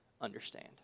understand